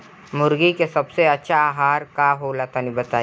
मुर्गी के सबसे अच्छा आहार का होला तनी बताई?